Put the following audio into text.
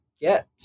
get